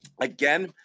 Again